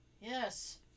Yes